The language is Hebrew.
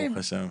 בסדר.